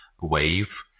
wave